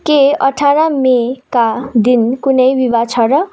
के अठार मेका दिन कुनै विवाह छ र